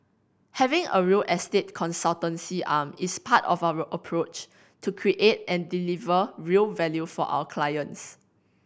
having a real estate consultancy arm is part of our approach to create and deliver real value for our clients